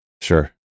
Sure